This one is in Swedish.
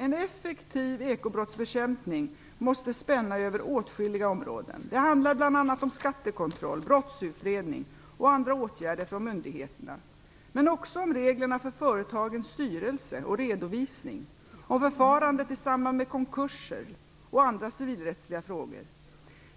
En effektiv ekobrottsbekämpning måste spänna över åtskilliga områden. Det handlar bl.a. om skattekontroll, brottsutredning och andra åtgärder från myndigheterna, men också om reglerna för företagens styrelse och redovisning, om förfarandet i samband med konkurser och andra civilrättsliga frågor.